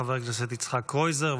חבר הכנסת יצחק קרויזר,